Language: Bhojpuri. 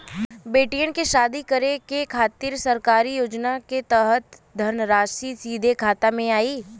बेटियन के शादी करे के खातिर सरकारी योजना के तहत धनराशि सीधे खाता मे आई?